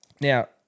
Now